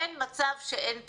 אין מצב שאין פתרון.